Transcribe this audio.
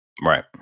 Right